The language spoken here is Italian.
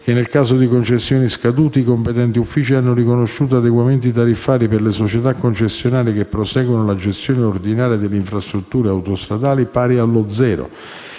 che, nel caso di concessioni scadute, i competenti uffici hanno riconosciuto adeguamenti tariffari per le società concessionarie che proseguono la gestione ordinaria dell'infrastruttura autostradale pari allo zero.